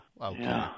Okay